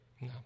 No